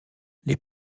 les